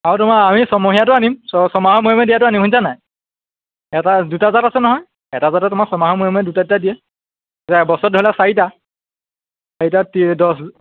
আৰু তোমাৰ আমি ছমহীয়াটো আনিম ছমাহৰ মূৰে মূৰে দিয়াটো আনিম শুনিছানে নাই এটা দুটা জাত আছে নহয় এটা জাতত তোমাৰ ছমাহৰ মূৰে মূৰে দুটা দুটা দিয়ে এতিয়া বছৰত ধৰি লোৱা চাৰিটা চাৰিটাত ত্ৰিছ দহ